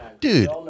dude